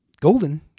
Golden